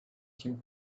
him